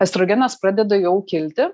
estrogenas pradeda jau kilti